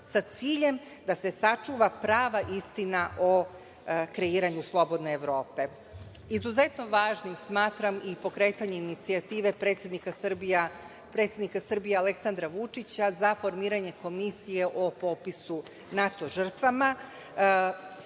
sa ciljem da se sačuva prava istina o kreiranju slobodne Evrope. Izuzetno važnim smatram i pokretanje inicijative predsednika Srbije Aleksandra Vučića za formiranje Komisije o popisu NATO žrtava,